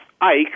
Ike